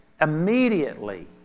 immediately